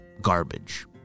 garbage